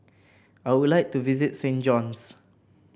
I would like to visit Saint John's